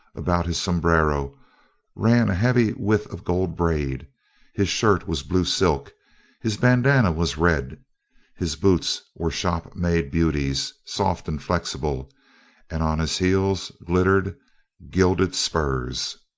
about his sombrero ran a heavy width of gold-braid his shirt was blue silk his bandana was red his boots were shop-made beauties, soft and flexible and on his heels glittered gilded spurs!